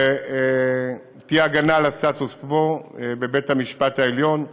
שתהיה הגנה על הסטטוס-קוו בבית-המשפט העליון,